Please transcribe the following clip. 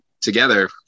together